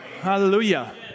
Hallelujah